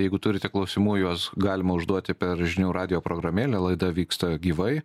jeigu turite klausimų juos galima užduoti per žinių radijo programėlę laida vyksta gyvai